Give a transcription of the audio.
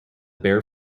bare